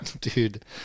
dude